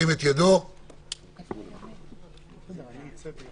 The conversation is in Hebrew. חירום (נגיף הקורונה החדש - דיונים בהשתתפות עצורים,